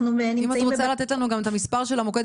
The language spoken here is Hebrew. אם את רוצה לתת לנו גם את המספר של המוקד,